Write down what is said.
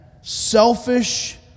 Selfish